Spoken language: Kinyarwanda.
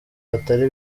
batari